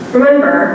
Remember